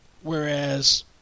whereas